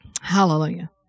Hallelujah